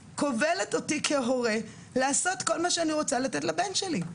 קובלת אותי כהורה לעשות כל מה שאני רוצה לתת לבן שלי.